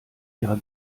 ihrer